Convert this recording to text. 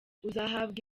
uzahabwa